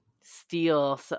steal